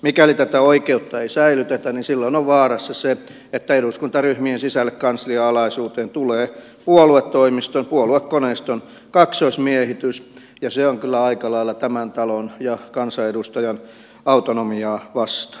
mikäli tätä oikeutta ei säilytetä niin silloin vaarassa on se että eduskuntaryhmien sisälle kanslian alaisuuteen tulee puoluetoimiston puoluekoneiston kaksoismiehitys ja se on kyllä aika lailla tämän talon ja kansanedustajan autonomiaa vastaan